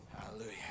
Hallelujah